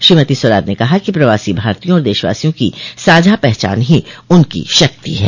श्रीमती स्वराज ने कहा कि प्रवासी भारतीयों और देशवासियों की साझा पहचान ही उनकी शक्ति है